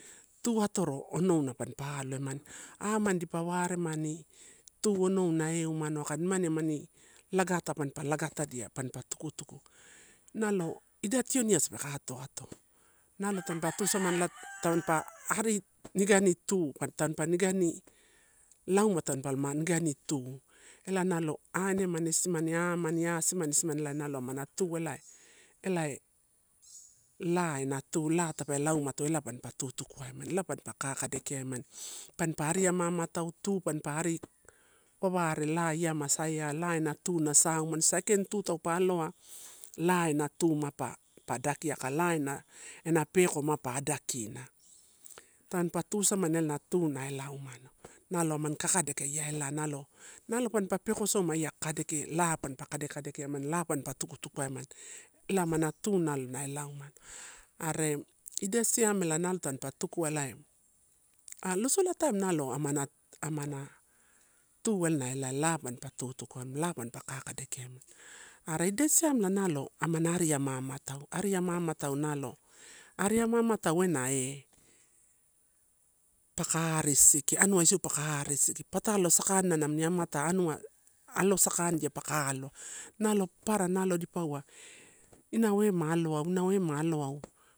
Tuatoro onouna panipa aloe mani amani dipa ware mani tu onouna eum ano aka nimani amani lagata tampaiaga tadi a, panipa tukutuku. Nalo ida tioni asa peka ato ato, nalo tampa tusamani ela tamanipa arinigani u, nigani tauma panipa iganitu ela nalo ainema isimani amani esimani ela nalo amana tu elae, elae la ena tu, la tape lau mato ela mampa tutukuaemani ela mampa kakadekiaemani panpa ari amatau tu panpa ari waware la ia ma saia, la ana tu na saumano, sakaini tu, taupa aloa la ana tu mapa dakia aka la ena ena peko mapa adakina. Tamanipa tusamani la na tu ela umano, nalo amani kakadeke ia elae nalo panpa peko soma eia kakadekee la panpa kadekadekia emani. Tukutuku emani ela amana tu nalo na ela umado. Are ida siamela ela nalo tampu tukua elae a losola taim nalo amana, amanatu ela na ela la mampa tutukuaemani, la panpa kakade kiaemani, are ida siam nalo amana ari ama amatau, ari ama amatau nalo ari ama amatau ena e paka ari arisisiki atalo akan na amini amata anua aloskandia paka alo. Nalo papara nalo dipaua, inau ema aloau, inau ema aloau.